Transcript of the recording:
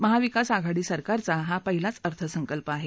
महाविकास आघाडी सरकारचा हा पहिलाच अर्थसंकल्प आहे